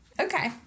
Okay